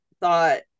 thought